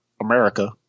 America